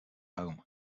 home